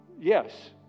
Yes